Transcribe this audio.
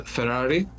Ferrari